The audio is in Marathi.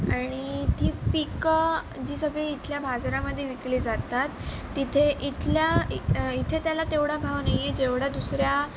आणि ती पिकं जी सगळी इथल्या बाजारामध्ये विकली जातात तिथे इथल्या इ इथे त्याला तेवढा भाव नाही आहे जेवढा दुसऱ्या